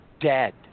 dead